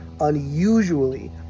unusually